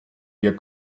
wir